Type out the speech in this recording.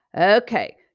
Okay